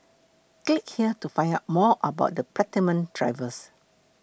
click here to find out more about the Platinum drivers